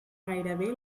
gairebé